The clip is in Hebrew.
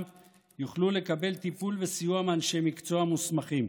יוכלו לקבל טיפול וסיוע מאנשי מקצוע מוסמכים.